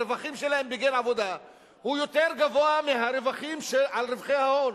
על הרווחים שלהם בגין עבודה הוא יותר גבוה מהמיסוי על רווחי ההון.